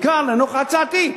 בעיקר לנוכח הצעתי.